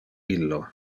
illo